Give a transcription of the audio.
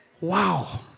Wow